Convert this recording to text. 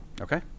Okay